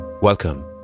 Welcome